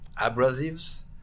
abrasives